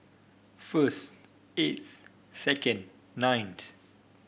first eighth second ninth